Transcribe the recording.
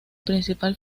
principal